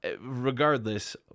regardless